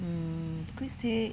mm chris tay